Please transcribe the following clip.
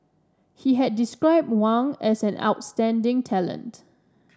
he had described Wang as an outstanding talent